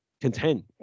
content